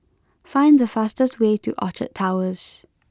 find the fastest way to Orchard Towers